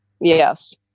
Yes